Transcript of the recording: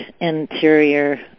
interior